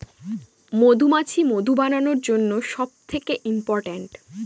মধুমাছি মধু বানানোর জন্য সব থেকে ইম্পোরট্যান্ট